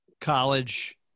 college